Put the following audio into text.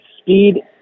speed